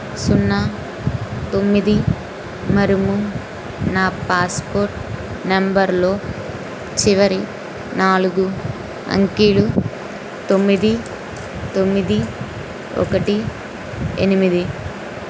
సున్నా తొమ్మిది మరుము నా పాస్పోర్ట్ నంబర్లో చివరి నాలుగు అంకెలు తొమ్మిది తొమ్మిది ఒకటి ఎనిమిది